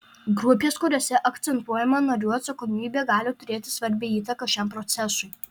grupės kuriose akcentuojama narių atsakomybė gali turėti svarbią įtaką šiam procesui